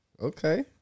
Okay